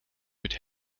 mit